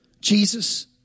Jesus